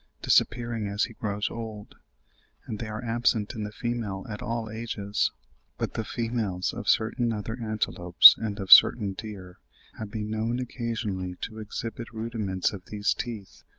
disappearing as he grows old and they are absent in the female at all ages but the females of certain other antelopes and of certain deer have been known occasionally to exhibit rudiments of these teeth.